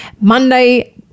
Monday